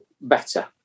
better